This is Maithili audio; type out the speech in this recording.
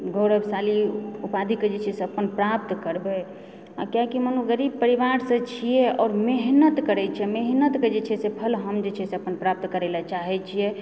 गौरवशाली उपाधिके जे छै से अपन प्राप्त करबै किआकि मानु गरीब परिवारसँ छियै और मेहनत करैत छियै मेहनतके जे छै से फल हम जे छै से अपन प्राप्त करै ला चाहैत छियै